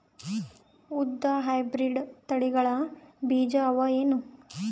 ಉದ್ದ ಹೈಬ್ರಿಡ್ ತಳಿಗಳ ಬೀಜ ಅವ ಏನು?